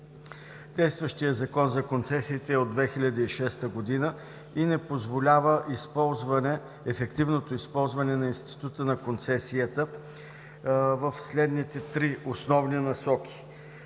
Действащият Закон за концесиите е от 2006 г. и не позволява ефективното използване на института на концесията в следните три основни насоки.